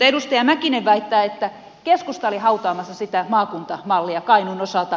edustaja mäkinen väittää että keskusta oli hautaamassa sitä maakuntamallia kainuun osalta